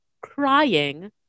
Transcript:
crying